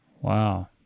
Wow